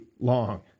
long